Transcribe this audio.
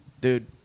dude